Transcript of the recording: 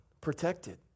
protected